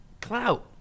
clout